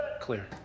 Clear